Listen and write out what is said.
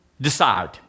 decide